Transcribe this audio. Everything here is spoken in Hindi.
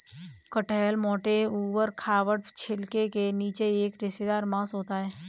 कटहल मोटे, ऊबड़ खाबड़ छिलके के नीचे एक रेशेदार मांस होता है